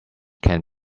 can